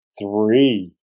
three